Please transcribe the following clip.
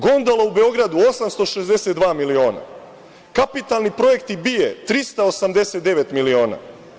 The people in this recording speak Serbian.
Gondola u Beogradu 862 miliona, kapitalni projekti BIA 389 miliona.